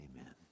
amen